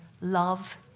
love